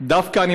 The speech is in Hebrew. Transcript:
דווקא אני,